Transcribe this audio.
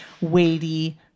weighty